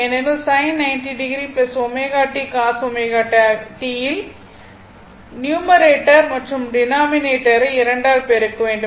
ஏனெனில் sin 90 o ω t cos ω t வில் numerator மற்றும் டினாமினேட்டரை 2 ஆல் பெருக்க வேண்டும்